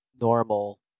normal